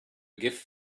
gift